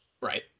Right